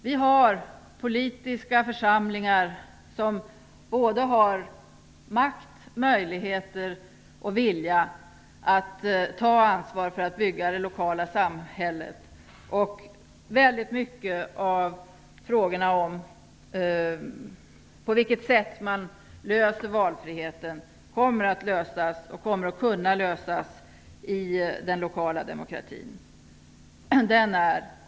Vi har politiska församlingar som har såväl makt som möjligheter och vilja att ta ansvar för att bygga det lokala samhället. Många av frågorna om på vilket sätt man skall åstadkomma valfrihet kommer att kunna lösas i den lokala demokratin.